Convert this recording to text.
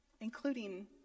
including